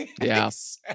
yes